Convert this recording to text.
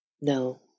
No